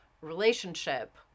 relationship